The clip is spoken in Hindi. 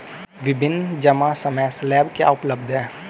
विभिन्न जमा समय स्लैब क्या उपलब्ध हैं?